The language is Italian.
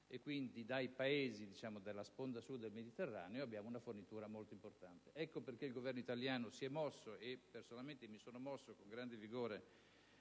e quindi dai Paesi della sponda Sud del Mediterraneo riceviamo una fornitura molto importante. Ecco perché il Governo italiano si è mosso. Personalmente mi sono mosso con grande vigore